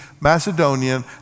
Macedonian